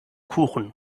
kuchen